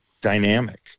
dynamic